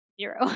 Zero